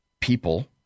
people